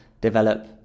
develop